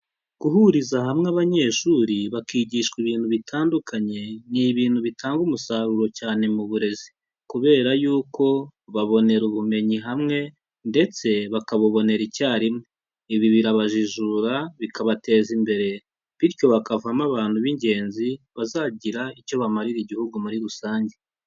Guhuriza hamwe abanyeshuri bakigishwa ibintu bitandukanye, ni ibintu bitanga umusaruro cyane mu burezi, kubera yuko babonera ubumenyi hamwe ndetse bakabubonera icyarimwe, ibi birabajijura bikabateza imbere, bityo bakavamo abantu b'ingenzi bazagira icyo bamarira igihugu muri rusange.